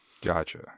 Gotcha